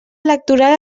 electoral